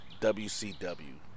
WCW